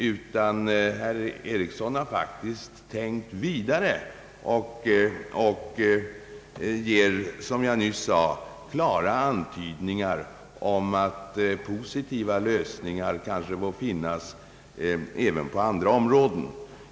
Herr Ericsson har faktiskt tänkt vidare och ger — som jag nyss sade — klara antydningar om att positiva lösningar kanske kan finnas även på andra områden.